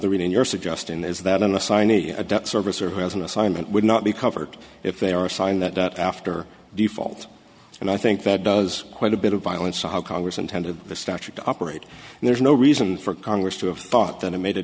the reason you're suggesting is that an assign a debt service or who has an assignment would not be covered if they are assigned that after default and i think that does quite a bit of violence on how congress intended the statute to operate and there's no reason for congress to have thought that it made a